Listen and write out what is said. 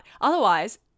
otherwise